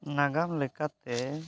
ᱱᱟᱜᱟᱢ ᱞᱮᱠᱟᱛᱮ